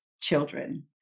children